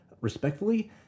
respectfully